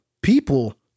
people